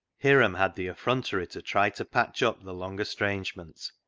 hiram had the effrontery to try to patch up the long estrangement,